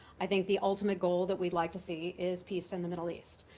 i think the ultimate goal that we'd like to see is peace in the middle east.